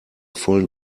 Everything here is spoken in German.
vollen